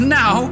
now